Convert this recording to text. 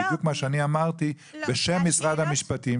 בדיוק מה שאני אמרתי בשם משרד המשפטים,